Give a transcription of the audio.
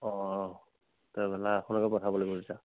অঁ ট্ৰেভেলাৰ এখনকে পঠাব লাগিব তেতিয়া